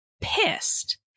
pissed